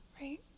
right